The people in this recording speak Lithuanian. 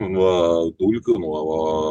nuo dulkių nuo